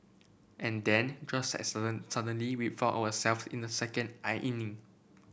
and then just as sudden suddenly we found our self in the second inning